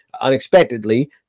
unexpectedly